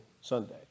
Sunday